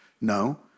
No